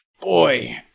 Boy